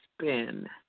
spin